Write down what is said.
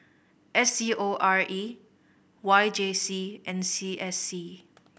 S C O R E Y J C and C S C